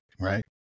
right